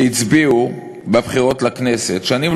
מה, 40 שנה.